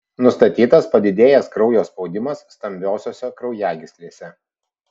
nustatytas padidėjęs kraujo spaudimas stambiosiose kraujagyslėse